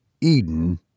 Eden